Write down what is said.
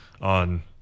on